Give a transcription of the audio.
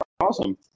awesome